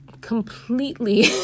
completely